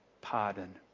pardon